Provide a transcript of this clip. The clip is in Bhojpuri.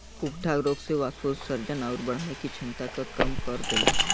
उकठा रोग से वाष्पोत्सर्जन आउर बढ़ने की छमता के कम कर देला